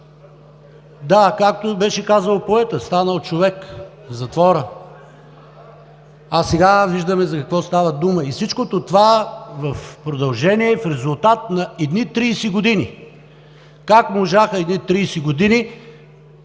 Да, както беше казал поетът – станал човек в затвора, а сега виждаме за какво става дума. И всичкото това в продължение, в резултат на едни 30 години! Как можаха едни 30 години